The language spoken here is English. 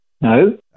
No